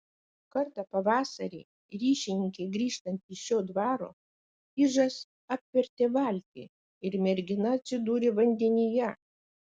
kartą pavasarį ryšininkei grįžtant iš šio dvaro ižas apvertė valtį ir mergina atsidūrė vandenyje